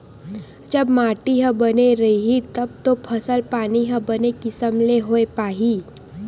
जब माटी ह बने रइही तब तो फसल पानी ह बने किसम ले होय पाही